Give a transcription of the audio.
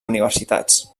universitats